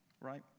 Right